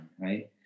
right